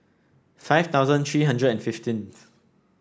five thousand three hundred and fifteenth